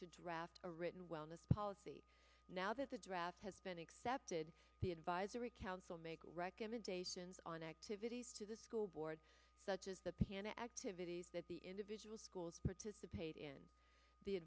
to draft a written wellness policy now that the draft has been accepted the advisory council make recommendations on activities to the school boards such as the panel activities that the individual schools participate in the